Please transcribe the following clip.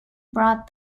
brought